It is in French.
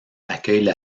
accueille